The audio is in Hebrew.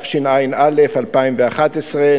התשע"א 2011,